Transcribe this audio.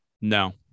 No